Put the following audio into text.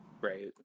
right